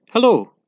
Hello